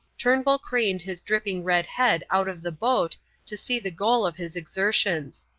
turnbull craned his dripping red head out of the boat to see the goal of his exertions.